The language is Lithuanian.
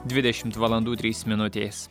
dvidešim valandų trys minutės